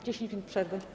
10 minut przerwy.